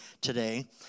today